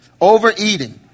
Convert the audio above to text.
overeating